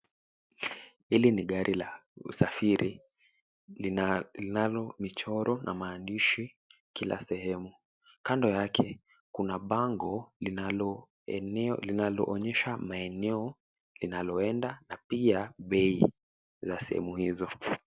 Hili ni gari la usafiri. Linalo michoro na maandishi kila sehemu. Kando yake kuna bango linaloonyesha maeneo linaloenda na pia bei za sehemu hizo.